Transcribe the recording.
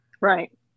right